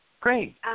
Great